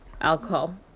alcohol